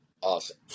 Awesome